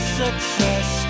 success